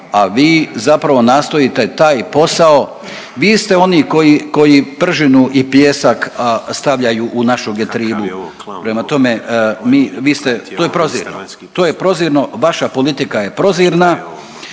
a vi zapravo nastojite taj posao vi ste oni koji, koji pržinu i pijesak stavljaju u našu getribu. Prema tome, vi ste to je prozirno, to je prozirno …/Upadica se ne